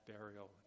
burial